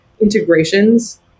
integrations